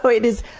so it has,